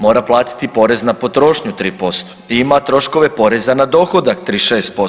Mora platiti porez na potrošnju 3% i ima troškove poreza na dohodak 36%